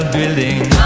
Building